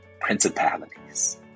Principalities